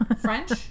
French